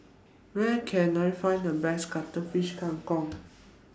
Where Can I Find The Best Cuttlefish Kang Kong